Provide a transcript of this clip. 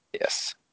Yes